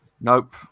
Nope